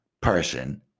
person